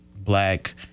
black